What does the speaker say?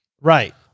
Right